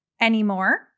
anymore